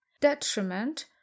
detriment